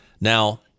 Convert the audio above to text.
Now